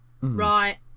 Right